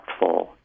impactful